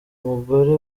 mugore